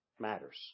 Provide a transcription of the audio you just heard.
matters